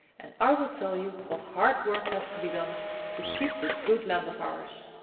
and i will tell you what hard work has to be done to keep this good land of ours.